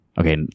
Okay